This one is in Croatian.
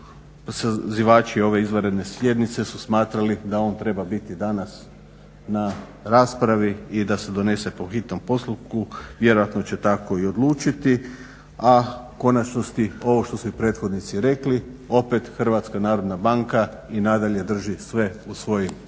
Sazivači ove izvanredne sjednice su smatrali da on treba biti danas na raspravi i da se donese po hitnom postupku. Vjerojatno će tako i odlučiti, a u konačnosti ovo što su i prethodnici rekli opet Hrvatska narodna banka i nadalje drži sve u svojim rukama